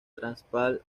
transvaal